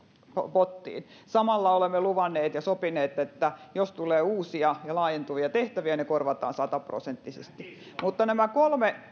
pottiin samalla olemme luvanneet ja sopineet että jos tulee uusia ja laajentuvia tehtäviä ne korvataan sataprosenttisesti mutta nämä kolme